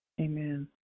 Amen